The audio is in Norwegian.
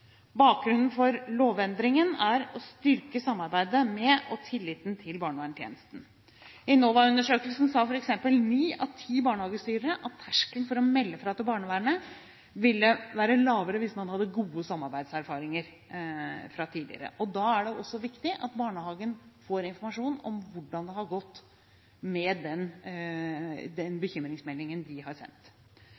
Bakgrunnen for lovendringen er å styrke samarbeidet med og tilliten til barnevernstjenesten. I NOVA-undersøkelsen sa f.eks. ni av ti barnehagestyrere at terskelen for å melde fra til barnevernet ville være lavere hvis man hadde gode samarbeidserfaringer fra tidligere. Da er det også viktig at barnehagen får informasjon om hvordan det har gått med den